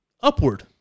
upward